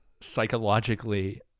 psychologically